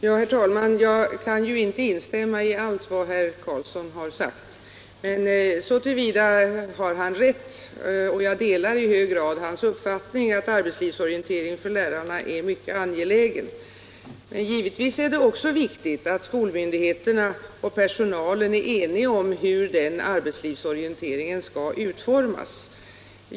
Herr talman! Jag kan ju inte instämma i allt vad herr Karlsson i Motala sagt, men så till vida har han rätt och jag delar i hög grad hans uppfattning att arbetslivsorientering för lärarna är mycket angelägen. Givetvis är det också viktigt att skolmyndigheterna och personalen är eniga om hur arbetslivsorienteringen skall utformas.